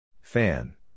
Fan